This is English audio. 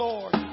Lord